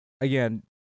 Again